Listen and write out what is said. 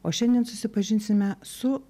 o šiandien susipažinsime su